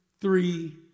three